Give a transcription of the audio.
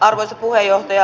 arvoisa puheenjohtaja